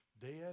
dead